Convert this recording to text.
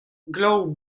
glav